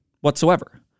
whatsoever